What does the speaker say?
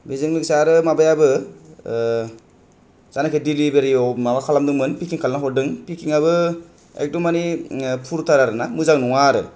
बेजों लोगोसे आरो माबायाबो जायनाखि देलिबारियाव माबा खालामदोंमोन फेकिं खालामना हरदों फेकिंयाबो एकदम मानि फुर थार आरो ना मोजां नङा आरो